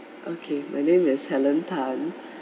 okay my name is helen tan